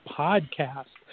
podcast